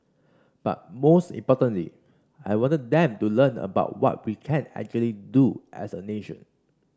but most importantly I wanted them to learn about what we can actually do as a nation